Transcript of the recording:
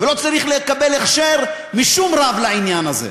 ולא צריך לקבל הכשר משום רב לעניין הזה.